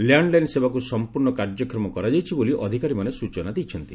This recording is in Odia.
ଲ୍ୟାଣ୍ଡ ଲାଇନ୍ ସେବାକୁ ସଂପୂର୍ଣ୍ଣ କାର୍ଯ୍ୟକ୍ଷମ କରାଯାଇଛି ବୋଲି ଅଧିକାରୀମାନେ ସୂଚନା ଦେଇଛନ୍ତି